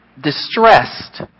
distressed